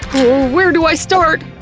where do i start!